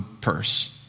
purse